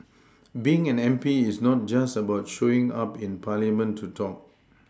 being an M P is not just about showing up in parliament to talk